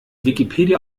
wikipedia